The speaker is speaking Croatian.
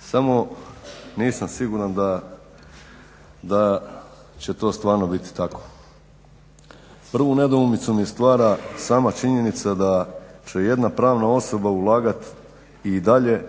Samo nisam siguran da će to stvarno biti tako. Prvu nedoumicu mi stvara sama činjenica da će jedna pravna osoba ulagat i dalje